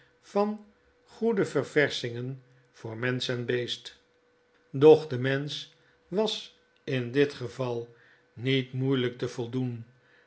van goede ververschingen voor mensch en beest doch de mensch was in dit geval niet moeielyk te voldoen